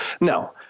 No